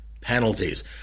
penalties